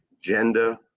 gender